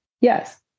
Yes